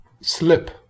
slip